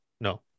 No